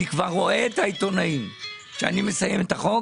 אני כבר רואה את העיתונאים, כשאני מסיים את החוק